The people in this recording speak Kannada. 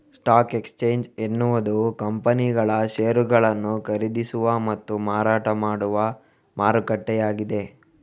ಸ್ಟಾಕ್ ಎಕ್ಸ್ಚೇಂಜ್ ಎನ್ನುವುದು ಕಂಪನಿಗಳ ಷೇರುಗಳನ್ನು ಖರೀದಿಸುವ ಮತ್ತು ಮಾರಾಟ ಮಾಡುವ ಮಾರುಕಟ್ಟೆಯಾಗಿದೆ